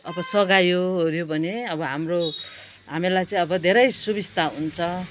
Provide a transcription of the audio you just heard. अब सघायो ओऱ्यो भने अब हाम्रो हामीलाई चाहिँ अब धेरै सुबिस्ता हुन्छ